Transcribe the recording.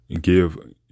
Give